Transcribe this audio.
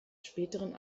späteren